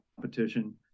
competition